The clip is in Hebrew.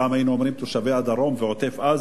פעם היינו אומרים: תושבי הדרום ועוטף-עזה.